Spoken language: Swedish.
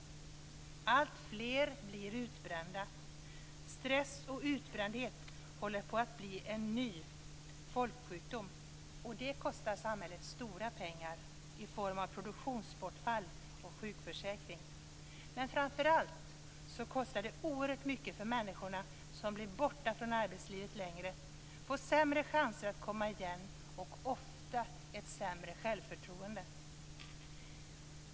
Alltfler blir utbrända. Stress och utbrändhet håller på att bli en ny folksjukdom, och det kostar samhället stora pengar i form av produktionsbortfall och sjukförsäkring. Men framför allt kostar det oerhört mycket för människorna, som blir borta från arbetslivet längre och som får sämre chanser att komma igen och ofta ett sämre självförtroende.